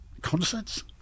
concerts